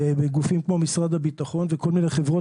גופים כמו משרד הביטחון וכל מיני חברות